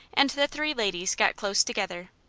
and the three ladies got close together,